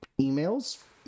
emails